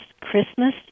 Christmas